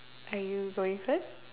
are you going first